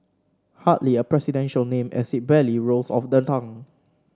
hardly a presidential name as it barely rolls off the tongue